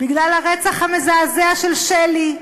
בגלל הרצח המזעזע של שלי.